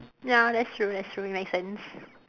ya that's true that's true make sense